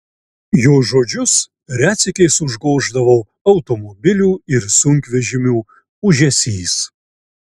jo žodžius retsykiais užgoždavo automobilių ir sunkvežimių ūžesys